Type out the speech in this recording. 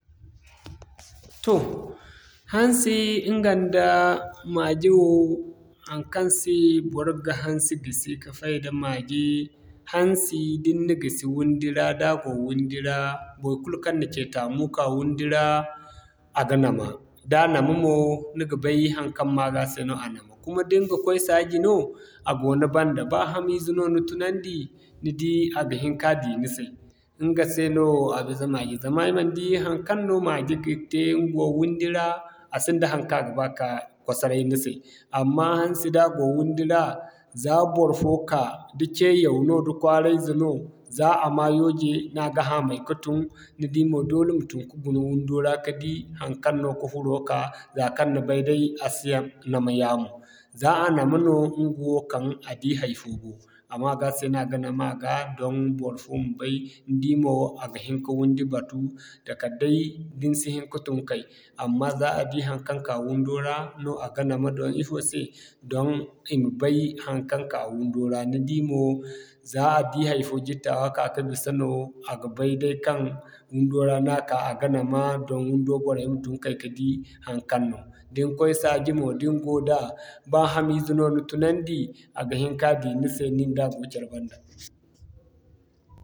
Toh hansi ɲga nda maje wo, haŋkaŋ se bor ga hansi gisi ka fayda maje, hansi da ni na gisi wundi ra da a go wundi ra, baikulu kaŋ na cee taamu ka wundi ra, a ga nama. Da nama mo, ni ga bay haŋkaŋ maga se no a nama. Kuma da ni ga koy saaji no, a go ni banda ba hamize no ni tunandi, ni di a ga hin ka di ni se, ɲga se no a bisa maje zama ay man di haŋkaŋ no maje ga te mo wundi ra, a sinda haŋkaŋ a ga ba ka kwasaray ni se. Amma hansi da go wundi ra, za barfo ka, da cee yaw no, da kwaara ize no, zaa a ma yooje, no a ga haamay ka tun, ni di mo doole ma tun ka guna wundo ra ka di haŋkaŋ no ka furo ka, zaakaŋ ni bay day a si ya nama yaamo. Zaa a nama no, ɲga wo kaŋ a di hay'fo a ma ga se no a ga nama a ga, don barfo ma bay. Ni di mo, a ga hin ka wundi batu kala day da ni si hin ka tun kay. Amma za a si haŋkaŋ ka wundo ra no a ga nama don ifo se, don i ma bay haŋkaŋ ka wundo ra ni di mo, za a di hay'fo jitta wa ka'ka bisa no, a ga bay day kaŋ wundo ra no a ka a ga nama don wundo boray ma tun kay ka di haŋkaŋ no. Da ni koy saaji mo da ni go da, baa hamize no ni tunandi, a ga hin ka di ni se nin da go care banda.